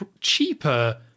cheaper